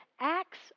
acts